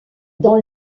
dans